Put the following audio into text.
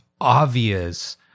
obvious